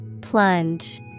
Plunge